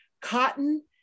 cotton